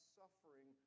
suffering